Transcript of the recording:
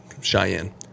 Cheyenne